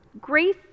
Grace